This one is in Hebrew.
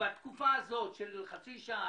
בתקופה הזאת של חצי שעה,